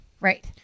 right